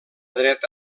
dreta